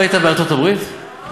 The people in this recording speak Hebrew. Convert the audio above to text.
בארצות-הברית?